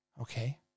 Okay